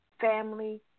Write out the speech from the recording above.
family